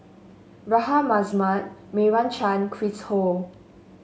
Rahayu Mahzam Meira Chand Chris Ho